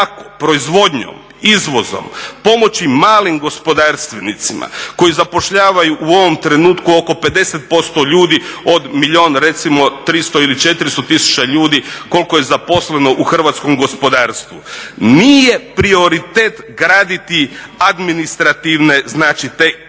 proizvodnjom, izvozom, pomoći malim gospodarstvenicima koji zapošljavaju u ovom trenutku oko 50% ljudi od milijun recimo 300 ili 400 tisuća ljudi, koliko je zaposleno u hrvatskom gospodarstvu. Nije prioritet graditi administrativne znači te